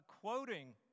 quoting